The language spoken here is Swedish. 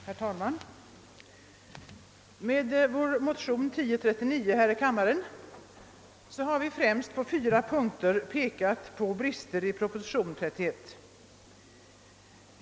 Herr talman! Med vår motion II: 1139 har vi på främst fyra punkter pekat på brister i propositionen nr 31.